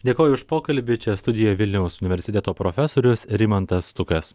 dėkoju už pokalbį čia studijoj vilniaus universiteto profesorius rimantas stukas